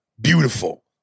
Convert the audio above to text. beautiful